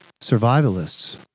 survivalists